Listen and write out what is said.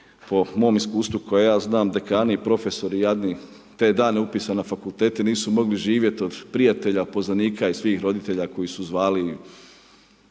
po mojem iskustvu kojeg ja znam dekatni i profesori jadni te dane upisa na fakultete nisu mogli živjeti od prijatelja, poznanika i svih roditelja, koji su zvali